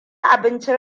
abincin